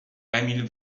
emil